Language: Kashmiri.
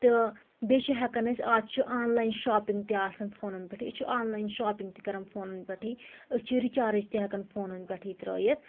تہٕ بیٚیہِ چھِ ہٮ۪کان أسۍ آز چھِ آن لایَن شاپِنٛگ تہِ آسان فونَن پٮ۪ٹھٕے أسۍ چھِ آن لایَن شاپِنٛگ تہِ کَران فونَن پٮ۪ٹھٕے أسۍ چھِ رِچارٕج تہِ ہٮ۪کان فونن پٮ۪ٹھٕے ترٛٲیِتھ